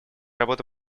работа